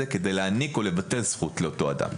כדי להעניק או לבטל זכות לאותו אדם.